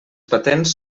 patents